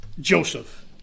Joseph